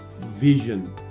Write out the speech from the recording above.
vision